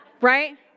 Right